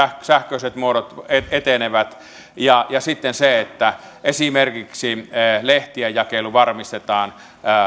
sähköiset muodot etenevät myös se että esimerkiksi lehtien jakelu varmistetaan